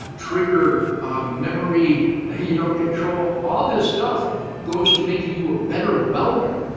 trigger memory ah you know control. all this stuff goes to making you a better welder,